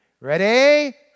Ready